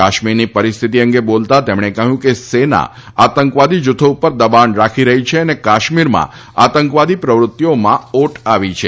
કાશ્મીરની પરિસ્થિત અંગે બોલતા તેમણે કહ્યું કે સેના આંતકવાદી જૂથો ઉપર દબાણ રાખી રહી છે અને કાશ્મીરમાં આંતકવાદી પ્રવૃતિઓમાં ઓટ આવી છે